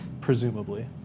Presumably